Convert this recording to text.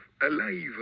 alive